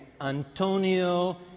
Antonio